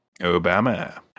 Obama